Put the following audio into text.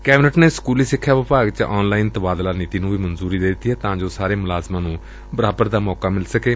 cabinet ਨੇ ਸਕੂਲੀ ਸਿੱਖਿਆ ਵਿਭਾਗ ਵਿਚ ਆਨ ਲਾਈਨ ਤਬਾਦਲਾ ਨੀਤੀ ਨੂੰ ਵੀ ਮਨਜੂਰੀ ਦੇ ਦਿੱਤੀ ਏ ਤਾਂ ਜੋ ਸਾਰੇ ਮੁਲਾਜ਼ਮਾਂ ਨੂੰ ਬਰਾਬਰ ਦਾ ਮੌਕਾ ਮਿਲ ਸਕੇ